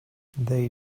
they